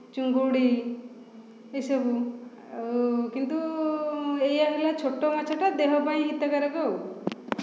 ଚିଙ୍ଗୁଡ଼ି ଏସବୁ ଆଉ କିନ୍ତୁ ଏଇଆ ହେଲା ଛୋଟ ମାଛଟା ଦେହ ପାଇଁ ହିତକାରକ ଆଉ